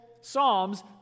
psalms